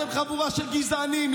אתם חבורה של גזענים.